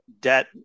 debt